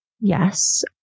Yes